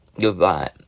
goodbye